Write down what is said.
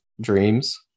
dreams